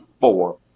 four